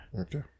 okay